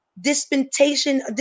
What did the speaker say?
dispensation